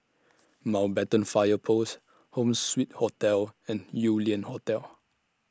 Mountbatten Fire Post Home Suite Hotel and Yew Lian Hotel